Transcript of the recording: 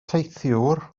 teithiwr